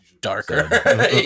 darker